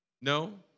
No